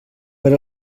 per